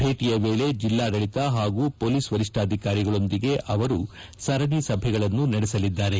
ಭೇಟಿಯ ವೇಳೆ ಜಿಲ್ಲಾಡಳಿತ ಹಾಗೂ ಹೊಲೀಸ್ ವರಿಷ್ಣಾಧಿಕಾರಿಗಳೊಂದಿಗೆ ಅವರು ಸರಣಿ ಸಭೆಗಳನ್ನು ನಡೆಸಲಿದ್ದಾರೆ